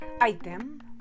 item